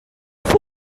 für